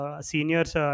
seniors